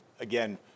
Again